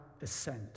assent